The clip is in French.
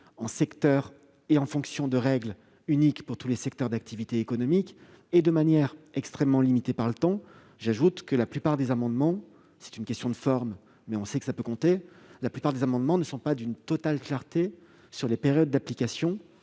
cette aide à partir de règles uniques pour tous les secteurs d'activité économique et de manière extrêmement limitée dans le temps. J'ajoute que la plupart des amendements- c'est une question de forme, mais cela peut compter -ne sont pas d'une totale clarté sur les périodes d'application